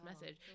message